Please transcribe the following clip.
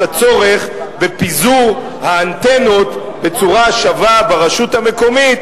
הצורך בפיזור האנטנות בצורה שווה ברשות המקומית,